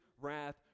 wrath